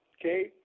okay